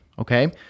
okay